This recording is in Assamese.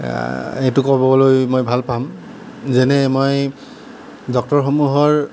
এইটো ক'বলৈ মই ভাল পাম যেনে মই ডক্তৰসমূহৰ